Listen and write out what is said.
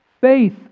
Faith